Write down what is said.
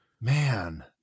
man